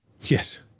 Yes